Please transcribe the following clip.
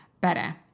better